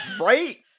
Right